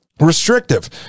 Restrictive